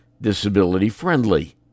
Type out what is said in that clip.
disability-friendly